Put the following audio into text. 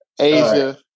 Asia